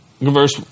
verse